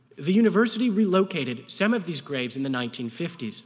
the university relocated some of these graves in the nineteen fifty s,